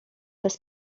bez